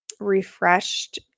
refreshed